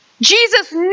Jesus